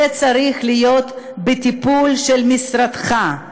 זה צריך להיות בטיפול של משרדך.